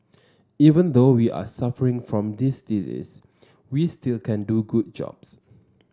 even though we are suffering from this disease we still can do good jobs